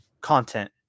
content